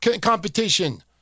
competition